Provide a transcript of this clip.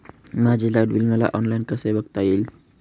माझे light bill मला online कसे बघता येईल?